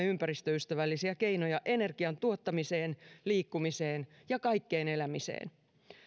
ympäristöystävällisiä keinoja energian tuottamiseen liikkumiseen ja kaikkeen elämiseen